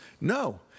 No